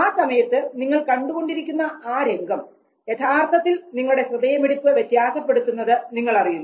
ആ സമയത്ത് നിങ്ങൾ കണ്ടുകൊണ്ടിരിക്കുന്ന ആ രംഗം യഥാർത്ഥത്തിൽ നിങ്ങളുടെ ഹൃദയമിടിപ്പ് വ്യത്യാസപ്പെടുത്തുന്നത് നിങ്ങൾ അറിയുന്നു